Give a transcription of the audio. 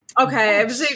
Okay